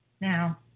Now